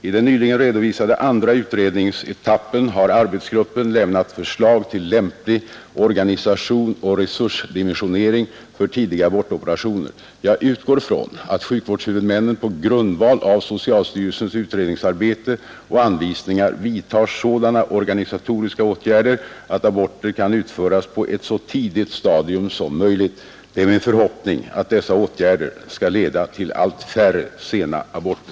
I den nyligen redovisade andra utredningsetappen har arbetsgruppen lämnat förslag till lämplig organisation och resursdimensionering för tidiga abortoperationer. Jag utgår från att sjukvårdshuvudmännen på grundval av socialstyrelsens utredningsarbete och anvisningar vidtar sådana organisatoriska åtgärder att aborter kan utföras på ett så tidigt stadium som möjligt. Det är min förhoppning att dessa åtgärder skall leda till allt färre sena aborter.